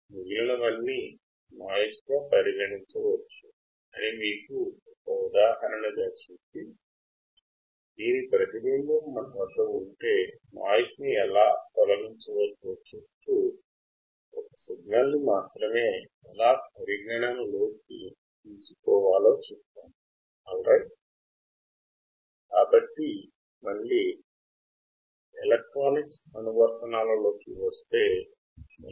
మనము తరంగాల విస్తృతిని పెంచి నాయిస్న్ని తగ్గిస్తాము